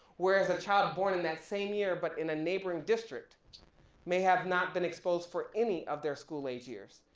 whereas a child born in that same year but in a neighboring district may have not been exposed for any of their school age years.